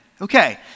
Okay